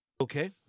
Okay